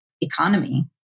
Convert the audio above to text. economy